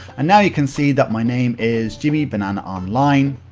and now you can see that my name is jimmybananaonline,